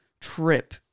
trip